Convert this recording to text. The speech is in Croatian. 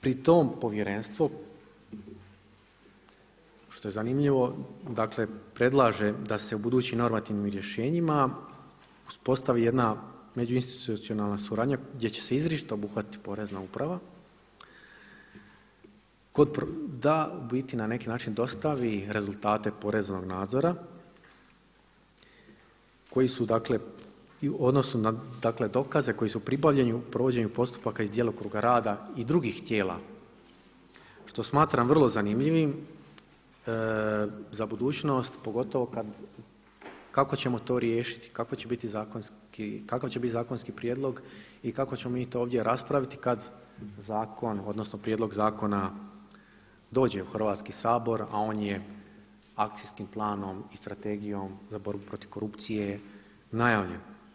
Pri tom Povjerenstvo što je zanimljivo, dakle predlaže da se u budućim normativnim rješenjima uspostavi jedna međuinstitucionalna suradnja gdje će se izričito obuhvatiti Porezna uprava, da u biti na neki način dostavi rezultate poreznog nadzora koji su, dakle i u odnosu na dakle dokaze koji su pribavljeni u provođenju postupaka iz djelokruga rada i drugih tijela što smatram vrlo zanimljivim za budućnost pogotovo kad kako ćemo to riješiti, kakav će biti zakonski prijedlog i kako ćemo mi to ovdje raspraviti kad zakon odnosno prijedlog zakona dođe u Hrvatski sabor, a on je akcijskim planom i Strategijom za borbu protiv korupcije najavljen.